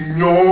no